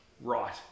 Right